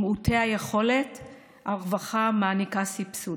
למעוטי היכולת הרווחה מעניקה סבסוד.